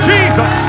Jesus